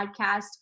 podcast –